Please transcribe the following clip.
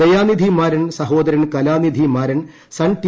Dayanidhi Maran Sahodaran Kalanithi Maran sun T